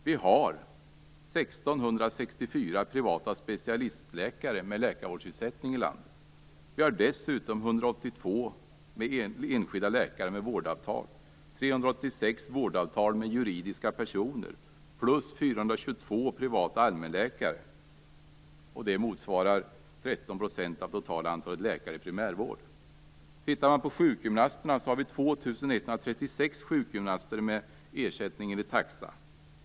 Det finns 1 645 privata specialistläkare med läkarvårdsersättning i landet. Det finns dessutom 182 Det finns 2 136 sjukgymnaster med ersättning enligt taxa.